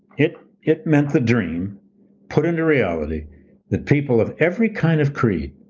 it it meant the dream put into reality that people of every kind of creed,